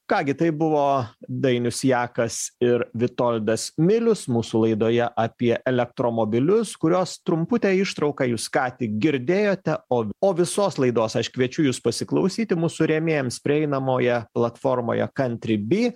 ką gi tai buvo dainius jakas ir vitoldas milius mūsų laidoje apie elektromobilius kurios trumputę ištrauką jūs tik girdėjote o o visos laidos aš kviečiu jus pasiklausyti mūsų rėmėjams prieinamoje platformoje kantri by